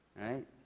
right